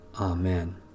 Amen